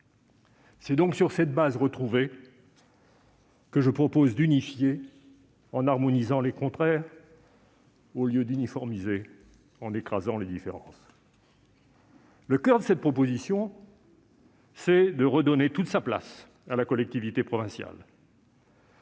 C'est donc sur cette base retrouvée que je propose d'unifier en harmonisant les contraires, au lieu d'uniformiser en écrasant les différences. Le coeur de cette proposition, c'est de redonner toute sa place à la collectivité provinciale.